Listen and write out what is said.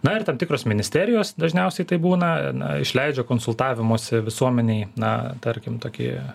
na ir tam tikros ministerijos dažniausiai tai būna išleidžia konsultavimosi visuomenei na tarkim tokį